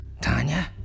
Tanya